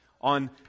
On